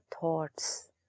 thoughts